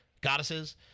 goddesses